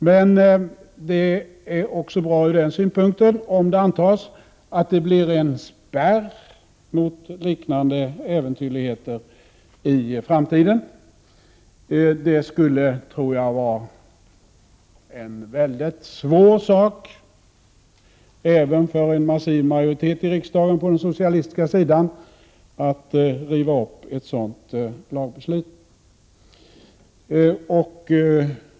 Men det är också bra från den synpunkten, att lagen blir en spärr mot liknande äventyrligheter i framtiden. Jag tror att det skulle varaen Prot. 1988/89:20 mycket svår sak, även för en massiv majoritet i riksdagen på den socialistiska 9 november 1988 sidan, att riva upp ett beslut om en sådan lag.